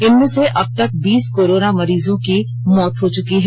इनमें से अब तक बीस कोरोना मरीजों की मौत हो चुकी है